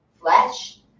flesh